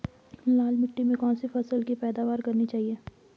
लाल मिट्टी में कौन सी फसल की पैदावार करनी चाहिए?